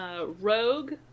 rogue